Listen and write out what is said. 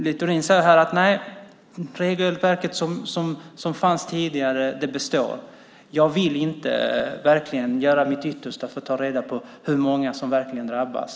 Littorin säger att det regelverk som fanns tidigare består. Han vill verkligen inte göra sitt yttersta för att ta reda på hur många som verkligen drabbas.